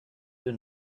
den